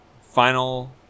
final